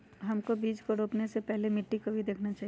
हमको बीज को रोपने से पहले मिट्टी को भी देखना चाहिए?